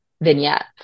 vignette